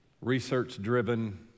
research-driven